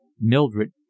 Mildred